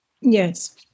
Yes